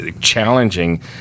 challenging